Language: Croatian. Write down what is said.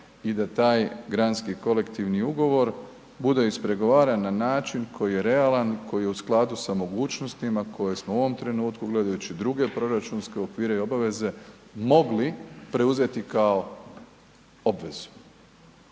i da taj Granski kolektivni ugovor bude ispregovaran na način koji je realan, koji je u skladu sa mogućnostima koje smo u ovom trenutku gledajući druge proračunske okvire i obaveze mogli preuzeti kao obvezu